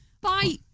Bye